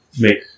make